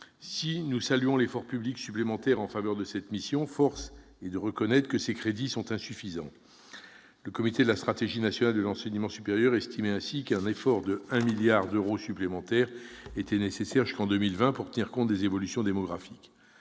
Si nous saluons l'effort public supplémentaire en faveur de cette mission, force est de reconnaître que ses crédits sont insuffisants. Le comité pour la Stratégie nationale de l'enseignement supérieur estimait ainsi qu'un effort d'un milliard d'euros supplémentaires était nécessaire jusqu'en 2020, pour tenir compte des évolutions démographiques.